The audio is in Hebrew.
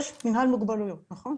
יש מינהל מוגבלויות, נכון?